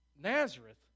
Nazareth